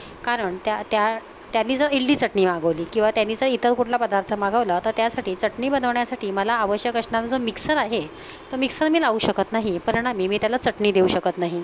कारण त्या त्या त्याने जर इडली चटणी मागवली किंवा त्यांनी जर इतर कुठला पदार्थ मागवला तर त्यासाठी चटणी बनवण्यासाठी मला आवश्यक असणारा जो मिक्सर आहे तो मिक्सर मी लावू शकत नाही परिणामी मी त्याला चटणी देऊ शकत नाही